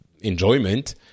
enjoyment